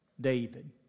david